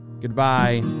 Goodbye